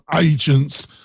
agents